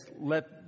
let